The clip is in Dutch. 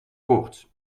koorts